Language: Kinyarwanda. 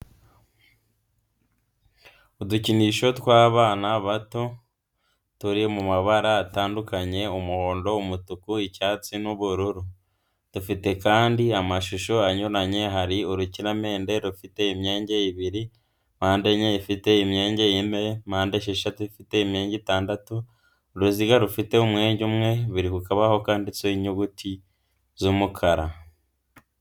Udukinisho tw'abana bato turi mu mabara atandukanye umuhondo, umutuku, icyatsi, n'ubururu dufite kandi amashusho anyuranye hari urukiramende rufite imyenge ibiri, mpandenye ifite imyenge ine, mpandeshatu ifite imyenge itatu, uruziga rufite umwenge umwe, biri ku kabaho kanditseho inyuguti z'umukara.